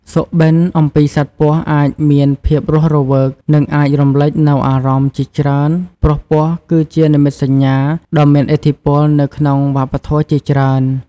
សុបិនអំពីសត្វពស់អាចមានភាពរស់រវើក និងអាចរំលេចនូវអារម្មណ៍ជាច្រើន ព្រោះពស់គឺជានិមិត្តសញ្ញា ដ៏មានឥទ្ធិពលនៅក្នុងវប្បធម៌ជាច្រើន។